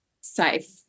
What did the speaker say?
safe